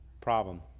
problem